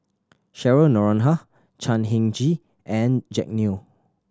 Cheryl Noronha Chan Heng Chee and Jack Neo